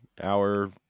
hour